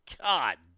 God